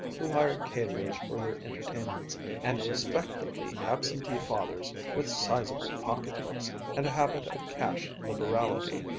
who hired caterers for their entertainments and respectably absentee fathers with sizable pocketbooks and a habit of cash liberality.